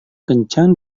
kencang